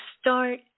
start